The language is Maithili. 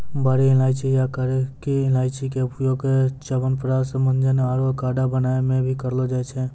बड़ी इलायची या करकी इलायची के उपयोग च्यवनप्राश, मंजन आरो काढ़ा बनाय मॅ भी करलो जाय छै